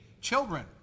children